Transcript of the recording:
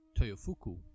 Toyofuku